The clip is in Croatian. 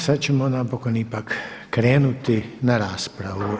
Sada ćemo napokon ipak krenuti na raspravu.